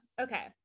okay